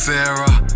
Sarah